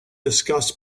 discuss